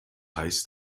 heißt